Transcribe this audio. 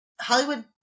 Hollywood